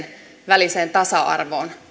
väliseen tasa arvoon